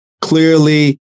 clearly